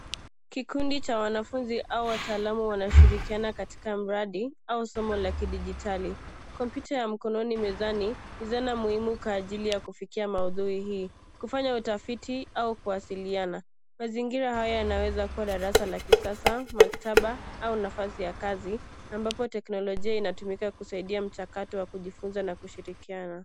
Kikundi cha wanafunzi au wataalamu wanashirikiana katika mradi au somo la kidijitali. Kompyuta ya mkononi mezani ni zana muhimu kwa ajili ya kufikia maudhui hii, kufanya utafiti au kuwasiliana. Mazingira haya yanaweza kuwa darasa la kisasa, maktaba, au nafasi ya kazi, ambapo teknolojia inatumika kusaidia mchakato wa kujifunza na kushirikiana.